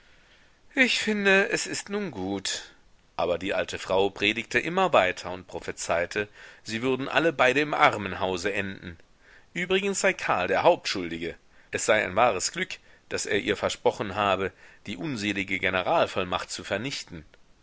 ich finde es ist nun gut aber die alte frau predigte immer weiter und prophezeite sie würden alle beide im armenhause enden übrigens sei karl der hauptschuldige es sei ein wahres glück daß er ihr versprochen habe die unselige generalvollmacht zu vernichten